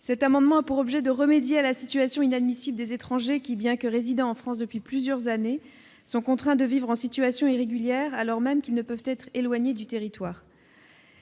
Cet amendement vise à remédier à la situation inadmissible des étrangers qui, bien que résidant en France depuis plusieurs années, sont contraints de vivre en situation irrégulière alors même qu'ils ne peuvent être éloignés du territoire.